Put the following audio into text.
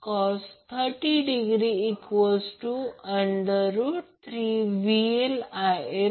म्हणून P1 j Q 1 30 j 40 KVA असेल